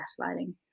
gaslighting